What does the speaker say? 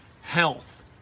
health